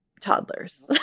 toddlers